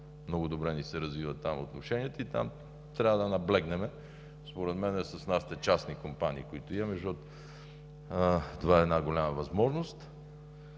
Много добре ни се развиват отношенията и там трябва да наблегнем според мен с нашите частни компании, които имаме, защото това е голяма възможност.